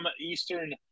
eastern